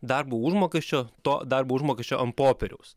darbo užmokesčio to darbo užmokesčio ant popieriaus